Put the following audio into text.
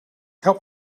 help